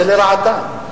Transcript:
זה לרעתם.